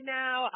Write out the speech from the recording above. now